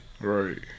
Right